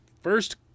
first